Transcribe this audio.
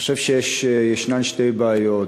אני חושב שישנן שתי בעיות.